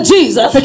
Jesus